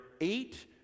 eight